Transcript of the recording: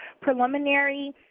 Preliminary